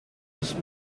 sich